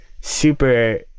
super